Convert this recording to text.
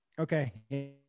Okay